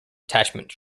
attachment